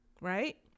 right